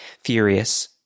Furious